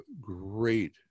great